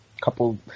couple